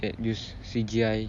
that use C_G_I